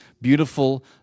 beautiful